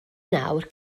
nawr